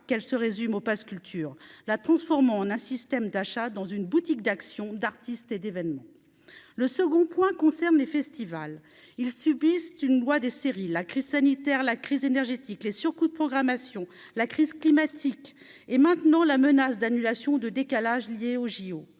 qu'elle se résume au Pass culture, la transformant en un système d'achat dans une boutique d'action d'artistes et d'événements le second point concerne les festivals, ils subissent une loi des séries, la crise sanitaire, la crise énergétique, les surcoûts de programmation la crise climatique et maintenant la menace d'annulation de décalage liés aux JO